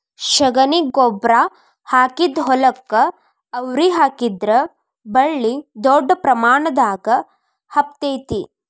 ಶಗಣಿ ಗೊಬ್ಬ್ರಾ ಹಾಕಿದ ಹೊಲಕ್ಕ ಅವ್ರಿ ಹಾಕಿದ್ರ ಬಳ್ಳಿ ದೊಡ್ಡ ಪ್ರಮಾಣದಾಗ ಹಬ್ಬತೈತಿ